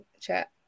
Chat